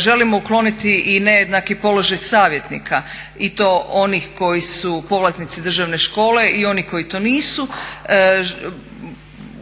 Želimo ukloniti i nejednaki položaj savjetnika i to onih koji su polaznici državne škole i oni koji to nisu.